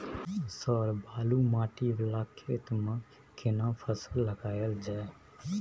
Sir बालू माटी वाला खेत में केना फसल लगायल जाय?